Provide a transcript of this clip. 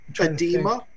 edema